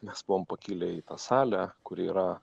mes buvom pakilę į salę kuri yra